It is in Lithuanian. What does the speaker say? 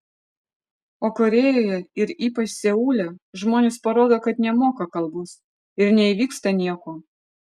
o korėjoje ir ypač seule žmonės parodo kad nemoka kalbos ir neįvyksta nieko